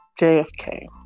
jfk